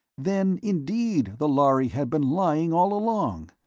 then, indeed, the lhari had been lying all along,